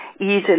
easily